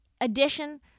addition